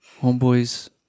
homeboys